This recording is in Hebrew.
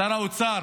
שר האוצר,